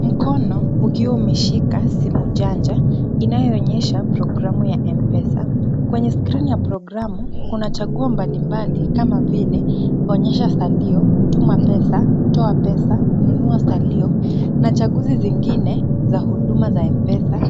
Mkono ukiwa umeshika simu janja inayo onyesha programu ya M-pesa kwenye screen ya programu kuna chaguo mbali mbali kama vile onyesha salio, tuma pesa, toa pesa, nunua salio na chaguzi zingine za huduma za M-pesa